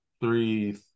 three